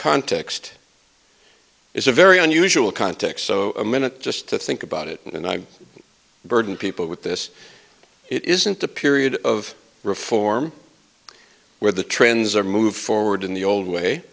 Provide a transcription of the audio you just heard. context it's a very unusual context so a minute just to think about it and i'm burdened people with this it isn't a period of reform where the trends are moved forward in the old way